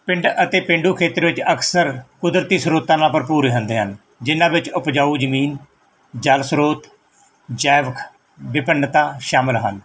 ਪਿੰਡ ਅਤੇ ਪੇਂਡੂ ਖੇਤਰ ਵਿੱਚ ਅਕਸਰ ਕੁਦਰਤੀ ਸਰੋਤਾਂ ਨਾਲ ਭਰਪੂਰ ਹੁੰਦੇ ਹਨ ਜਿਹਨਾਂ ਵਿੱਚ ਉਪਜਾਊ ਜ਼ਮੀਨ ਜਲ ਸਰੋਤ ਜੈਵਿਕ ਵਿਭਿੰਨਤਾ ਸ਼ਾਮਿਲ ਹਨ